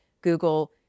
Google